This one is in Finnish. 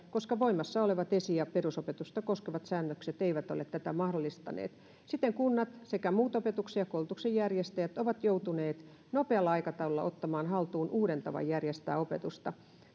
koska voimassa olevat esi ja perusopetusta koskevat säännökset eivät ole tätä mahdollistaneet siten kunnat sekä muut opetuksen ja koulutuksen järjestäjät ovat joutuneet nopealla aikataululla ottamaan haltuun uuden tavan järjestää opetusta